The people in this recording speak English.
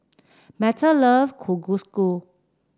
Meta love Kalguksu